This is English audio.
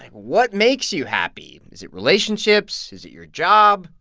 what makes you happy? is it relationships? is it your job?